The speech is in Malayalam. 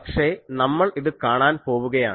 പക്ഷേ നമ്മൾ ഇത് കാണാൻ പോവുകയാണ്